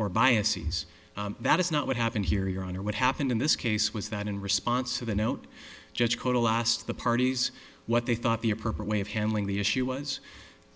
or bias sees that is not what happened here your honor what happened in this case was that in response to the note judge asked the parties what they thought the appropriate way of handling the issue was